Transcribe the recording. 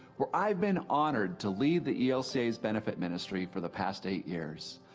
where i've been honored to lead the elca's benefit ministry for the past eight years.